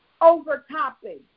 overtopping